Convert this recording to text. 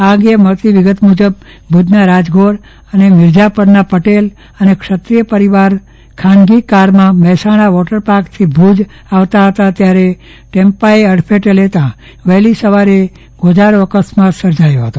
આ અંગે મળતી વિગત મુજબ ભુજના રાજગોર અને મિરઝાપરના પટેલ તેમજ ક્ષત્રિય પરિવાર ખાનગી કારમાં મફેસાણા વોટર પાર્કથી ભુજ આવતા ફતા ત્યારે ટેમ્પાએ અડફેટે લેતા વફેલી સવારે ગોજારો અકસ્માત સર્જાયો ફતો